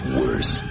worse